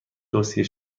توصیه